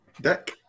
Deck